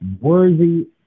worthy